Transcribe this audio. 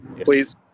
please